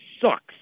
sucks